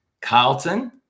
carlton